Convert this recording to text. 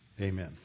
amen